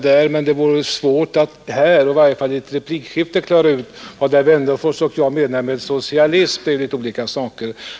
Däremot är det svårt att i ett replikskifte klara ut vad herr Wennerfors och jag menar med socialism — det är lite olika saker.